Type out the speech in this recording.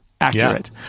Accurate